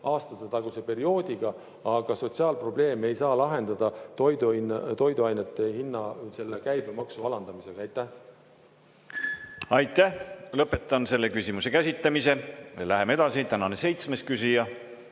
aastataguse perioodiga. Ent sotsiaalprobleeme ei saa lahendada toiduainete käibemaksu alandamisega. Aitäh! Lõpetan selle küsimuse käsitlemise. Läheme edasi. Tänane seitsmes